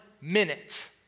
minute